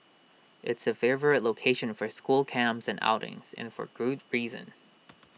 it's A favourite location for school camps and outings and for good reason